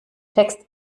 text